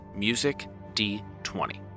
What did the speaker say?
musicd20